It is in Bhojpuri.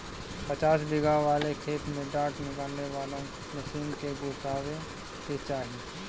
पचासन बिगहा वाले खेत में डाँठ निकाले वाला मशीन के घुसावे के चाही